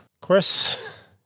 Chris